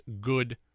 good